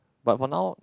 but but now